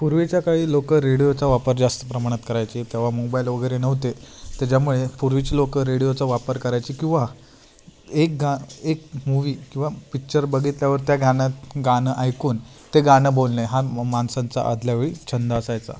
पूर्वीच्या काळी लोक रेडिओचा वापर जास्त प्रमाणात करायचे तेव्हा मोबाईल वगैरे नव्हते त्याच्यामुळे पूर्वीची लोकं रेडिओचा वापर करायची किंवा एक गा एक मूवी किंवा पिच्चर बघितल्यावर त्या गाण्यात गाणं ऐकून ते गाणं बोलणे हा मा माणसांचा आदल्या वेळी छंद असायचा